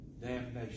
damnation